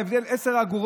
למה ההבדל הוא עשר אגורות?